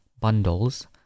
bundles